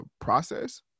process